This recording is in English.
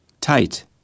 Tight